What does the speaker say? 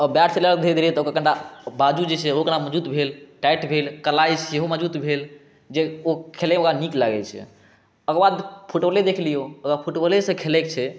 bat चलेलक धीरे धीरे तऽ ओकर कनिटा बाजू जे छै ओ कनिटा मजबूत भेल टाइट भेल कलाइ सेहो मजबूत भेल जे ओ खेलैवला नीक लागै छै ओकर बाद फुटबॉले देखि लिऔ ओकरा फुटबॉलेसँ खेलैके छै